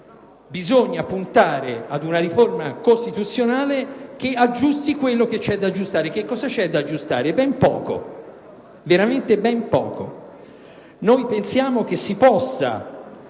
Bisogna puntare ad una riforma costituzionale che aggiusti ciò che vi è da aggiustare. Cosa c'è da aggiustare? Ben poco, veramente ben poco.